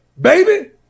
Baby